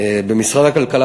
במשרד הכלכלה,